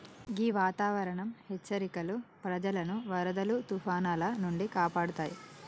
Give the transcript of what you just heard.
గీ వాతావరనం హెచ్చరికలు ప్రజలను వరదలు తుఫానాల నుండి కాపాడుతాయి